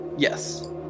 yes